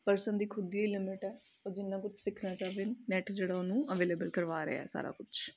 person ਦੀ ਖੁਦ ਦੀ ਹੀ ਲਿਮਟ ਹੈ ਉਹ ਜਿੰਨਾ ਕੁਛ ਸਿੱਖਣਾ ਚਾਵੇ ਨੈਟ ਜਿਹੜਾ ਉਹਨੂੰ ਅਵੇਲੇਬਲ ਕਰਵਾ ਰਿਹਾ ਸਾਰਾ ਕੁਛ